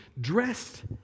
dressed